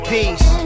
Peace